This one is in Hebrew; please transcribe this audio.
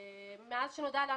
מאז שנודע לנו.